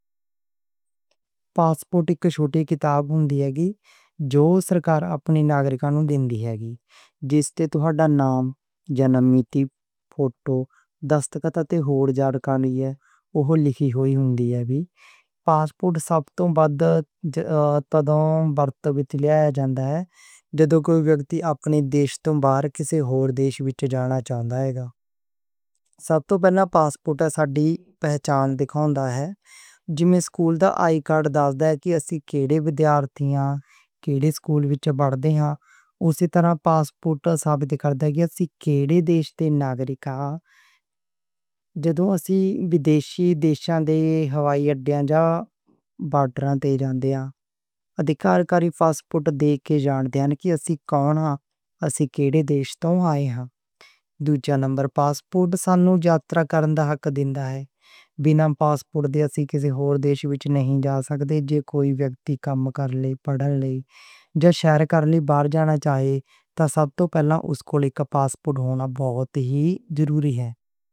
پاسپورٹ اک چھوٹی کتاب ہوندی اے جو سرکار اپنے ناگرکاں نوں دین دی اے۔ جس تے تہانڈا ناں، جنم دی تریخ، فوٹو، دستخط تے ہور جانکاری اوہ لکھی ہوئی ہوندی اے۔ پاسپورٹ سب توں بعد تدّاں ورتوں دے وچ لے آ جاندا اے، جدوں کوئی ویکتی اپنے دیش توں باہر کسے ہور دیش وچ جانا چاہندا اے۔ اصل وچ پاسپورٹ ساڈی پہچان دِسدے جیوں سکول دا آئی ڈی کارڈ ونگوں اے کہ اسی کیہڑے سٹوڈنٹ آں تے کیہڑے سکول وچ پڑھدے ہاں، اوسے طرح پاسپورٹ ثابت کردا اے ساڈا کیہڑے دیش دے ناگرک ہاں۔ جدوں اسی ویدیشی دیساں دے ہوائی اڈے یاں بارڈر دے افسر پاسپورٹ دے کے جان لیندے نیں کہ اسی کون آں، کیہڑے دیش توں آئے آں۔ دوجا نمبر پاسپورٹ سانوں یاترا کرن دا حق دیندا اے، بناں پاسپورٹ اسی کسے ہور دیش وچ نئیں جا سکدے۔ جے کوئی ویکتی کم لئی، پڑھائی لئی یاں سیر کرن لئی باہر جانا چاہندا اے تاں سب توں پہلا اوہدے کول پاسپورٹ ہونا بہت ہی ضروری اے۔